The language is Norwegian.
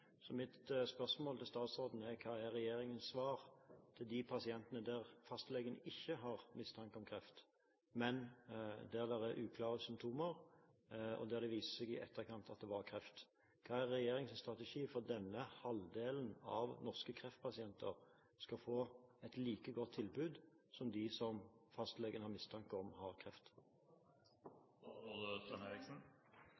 Så mitt spørsmål til statsråden er: Hva er regjeringens svar til de pasientene der fastlegen ikke har mistanke om kreft, men der det er uklare symptomer, og der det viser seg i etterkant at det var kreft? Hva er regjeringens strategi for at denne halvdelen av norske kreftpasienter skal få et like godt tilbud som dem som fastlegen har mistanke om har kreft?